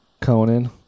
Conan